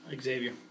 Xavier